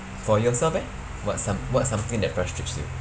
for yourself eh what some what something that frustrate you